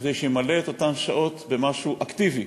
כדי שימלא את אותן שעות במשהו אקטיבי,